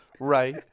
Right